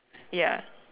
ya